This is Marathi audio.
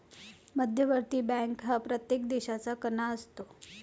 मध्यवर्ती बँक हा प्रत्येक देशाचा कणा असतो